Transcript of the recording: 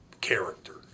character